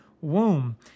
womb